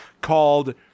called